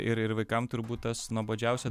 ir ir vaikam turbūt tas nuobodžiausia